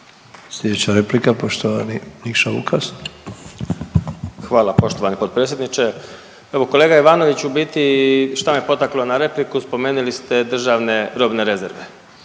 Slijedeća replika poštovani Nikša Vukas. **Vukas, Nikša (Nezavisni)** Hvala poštovani potpredsjedniče. Evo, kolega Ivanović u biti šta me potaklo na repliku, spomenuli ste državne robne rezerve.